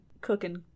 cooking